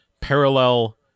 parallel